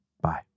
Bye